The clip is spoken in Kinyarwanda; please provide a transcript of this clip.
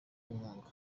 inkunga